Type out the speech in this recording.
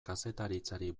kazetaritzari